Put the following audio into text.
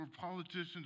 politicians